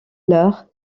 l’heure